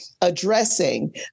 addressing